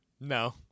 No